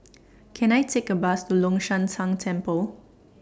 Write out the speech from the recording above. Can I Take A Bus to Long Shan Tang Temple